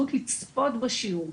אפשרות לצפות בשיעור.